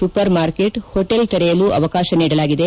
super market hotel ತೆರೆಯಲು ಅವಕಾಶ ನೀಡಿದೆ